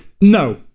No